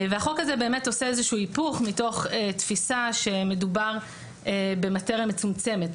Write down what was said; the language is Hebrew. החוק הזה באמת עושה איזשהו היפוך מתוך תפיסה שמדובר במטריה מצומצמת,